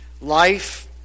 Life